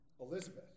Elizabeth